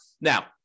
Now